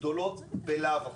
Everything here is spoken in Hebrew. גדולות בלאו הכי.